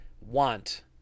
want